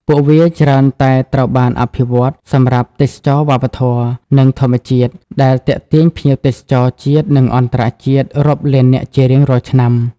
ពួកវាច្រើនតែត្រូវបានអភិវឌ្ឍសម្រាប់ទេសចរណ៍វប្បធម៌ និងធម្មជាតិ ដែលទាក់ទាញភ្ញៀវទេសចរជាតិ និងអន្តរជាតិរាប់លាននាក់ជារៀងរាល់ឆ្នាំ។